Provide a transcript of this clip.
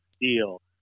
deal